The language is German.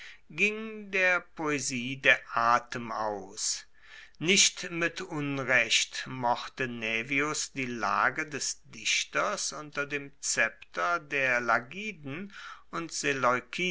ging der poesie der atem aus nicht mit unrecht mochte naevius die lage des dichters unter dem szepter der lagiden und